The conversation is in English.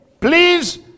Please